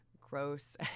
gross